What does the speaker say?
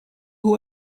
who